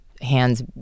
hands